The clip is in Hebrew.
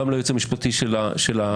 גם ליועץ המשפטי של הוועדה.